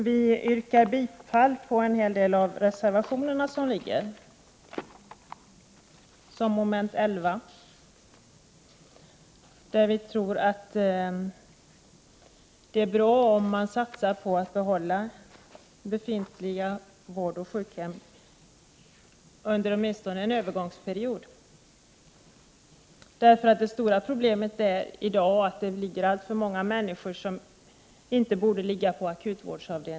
Vi yrkar bifall till en hel del av reservationerna, bl.a. den vid mom. 11. Vi tror att det är bra att satsa på att behålla befintliga vårdoch sjukhem under åtminstone en övergångstid. Det stora problemet i dag är att det på akutvårdsavdelningar ligger alltför många människor som inte borde ligga där.